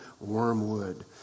wormwood